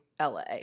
LA